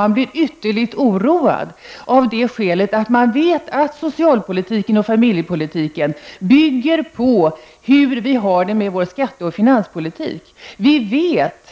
Man blir ytterligt oroad, eftersom man vet att socialpolitiken och familjepolitiken bygger på hur vi har det med vår skatte och finanspolitik. Vi vet